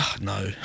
No